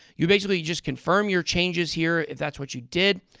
you basically just confirm your changes here if that's what you did.